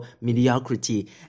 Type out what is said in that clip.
mediocrity